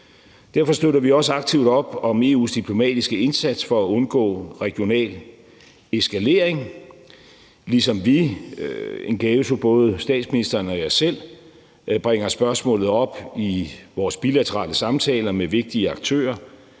Derfor støtter vi også aktivt op om EU's diplomatiske indsats for at undgå regional eskalering, ligesom vi – in casu både statsministeren og jeg selv – bringer spørgsmålet op i vores bilaterale samtaler med vigtige aktører,